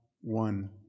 one